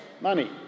money